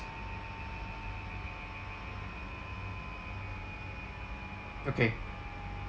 okay